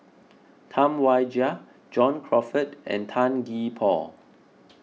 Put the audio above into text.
Tam Wai Jia John Crawfurd and Tan Gee Paw